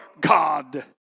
God